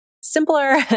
simpler